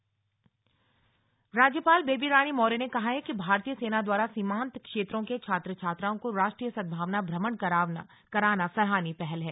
राष्ट्रीय सदभावना भ्रमण राज्यपाल बेबी रानी मौर्य ने कहा है कि भारतीय सेना द्वारा सीमान्त क्षेत्रों के छात्र छात्राओं को राष्ट्रीय सद्भावना भ्रमण करावाना सराहनीय पहल है